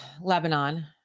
Lebanon